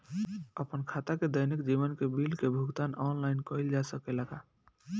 आपन खाता से दैनिक जीवन के बिल के भुगतान आनलाइन कइल जा सकेला का?